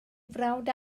frawd